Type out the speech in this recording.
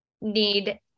need